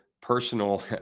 personal